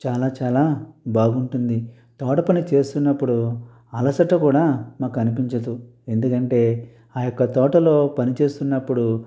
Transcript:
చాలా చాలా బాగుంటుంది తోట పని చేస్తున్నప్పుడు అలసట కూడా మాకు కనిపించదు ఎందుకంటే ఆ యొక్క తోటలో పనిచేస్తున్నప్పుడు